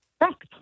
Correct